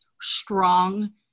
strong